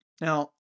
Now